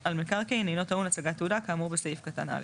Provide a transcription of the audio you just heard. על מקרקעין אינו טעון הצגת תעודה כאמור בסעיף קטן (א).